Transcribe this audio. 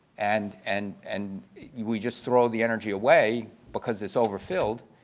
and and and we just throw the energy away because it's overfilled,